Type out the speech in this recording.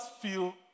feel